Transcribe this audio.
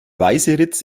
weißeritz